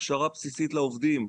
הכשרה בסיסית לעובדים,